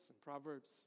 Proverbs